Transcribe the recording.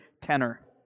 tenor